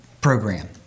program